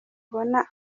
ubona